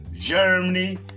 Germany